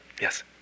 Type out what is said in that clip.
Yes